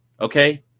Okay